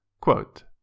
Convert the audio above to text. Quote